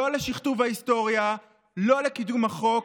לא לשכתוב ההיסטוריה, לא לקידום החוק,